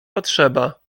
potrzeba